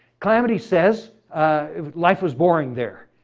calamity says life was boring there.